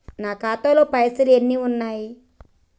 నా ఖాతాలో పైసలు ఎన్ని ఉన్నాయి?